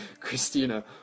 Christina